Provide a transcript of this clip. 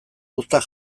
uztak